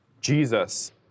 Jesus